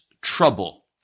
trouble